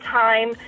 time